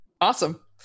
Awesome